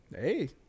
Hey